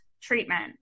treatment